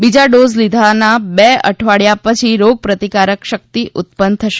બીજા ડોઝ લીધાના બે અઠવાડિયા પછી રોગપ્રતિકારક શક્તિ ઉત્પન્ન થશે